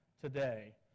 today